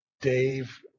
Dave